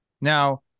Now